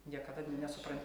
niekada nesu